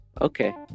Okay